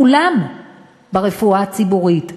כולם ברפואה הציבורית.